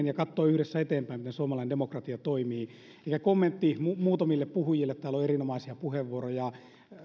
ja katsoa yhdessä eteenpäin miten suomalainen demokratia toimii kommentti muutamille puhujille täällä oli erinomaisia puheenvuoroja